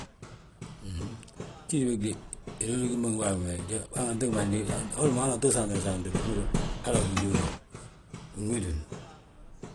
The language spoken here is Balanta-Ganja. Jíli bég dé, hinoni gimmo ngi bàabégde jé han ganti gimandi gi, holi mo hanganti usaanti mo saante binhύra hala ahondi go. Binwidina.